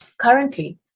Currently